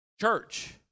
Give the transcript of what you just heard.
church